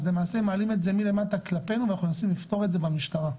ולמעשה מעלים את זה מלמטה כלפינו ואנחנו מנסים לפתור את זה במשטרה.